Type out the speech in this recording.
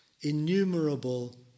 innumerable